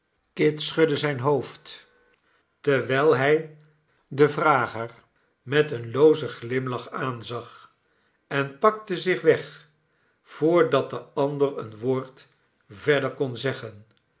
kit schudde zijn hoofd terwijl hij den vrager met een loozen glimlach aanzag en pakte zich weg voordat de ander een woord verder kon zeggen